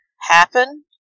happen